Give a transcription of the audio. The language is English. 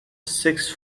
sixth